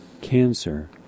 cancer